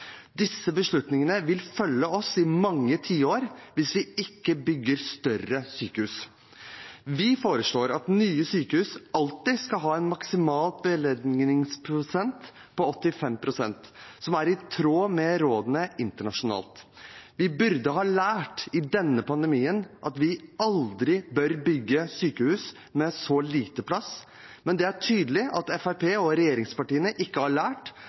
Disse beslutningene vil følge oss i mange tiår hvis vi ikke bygger større sykehus. Vi foreslår at nye sykehus alltid skal ha en maksimal beleggsprosent på 85 pst., som er i tråd med rådene internasjonalt. Vi burde ha lært i denne pandemitiden at vi aldri bør bygge sykehus med så lite plass, men det er tydelig at Fremskrittspartiet og regjeringspartiene ikke har lært,